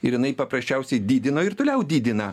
ir jinai paprasčiausiai didino ir toliau didina